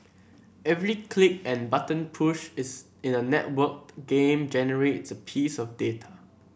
every click and button push is in a networked game generates a piece of data